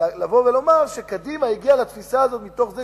לבוא ולומר שקדימה הגיעה לתפיסה הזאת מתוך זה